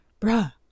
bruh